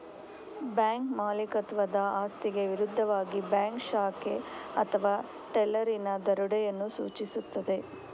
bank ಮಾಲೀಕತ್ವದ ಆಸ್ತಿಗೆ ವಿರುದ್ಧವಾಗಿ ಬ್ಯಾಂಕ್ ಶಾಖೆ ಅಥವಾ ಟೆಲ್ಲರಿನ ದರೋಡೆಯನ್ನು ಸೂಚಿಸುತ್ತದೆ